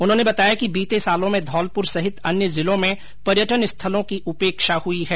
उन्होंने बताया कि बीते सालों में धौलपुर सहित अन्य जिलों में पर्यटन स्थलों की उपेक्षा हुई है